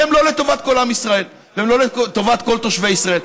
הם לא לטובת כל עם ישראל והם לא לטובת כל תושבי ישראל.